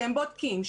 שהם בודקים,